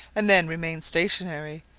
and then remain stationary,